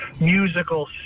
musical